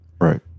Right